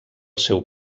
seu